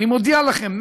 אני מודיע לכם,